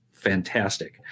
fantastic